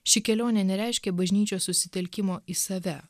ši kelionė nereiškia bažnyčios susitelkimo į save